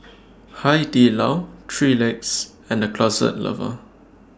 Hai Di Lao three Legs and The Closet Lover